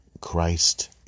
Christ